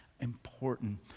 important